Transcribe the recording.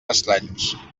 estranys